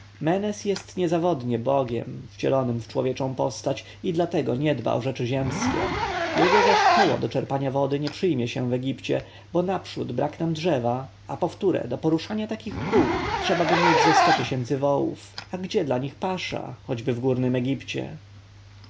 menes jest niezawodnie bogiem wcielonym w człowieczą postać i dlatego nie dba o życie ziemskie jego zaś koło do czerpania wody nie przyjmie się w egipcie bo naprzód brak nam drzewa a powtóre do poruszania takich kół trzebaby mieć ze sto tysięcy wołów a gdzie dla nich pasza choćby w górnym egipcie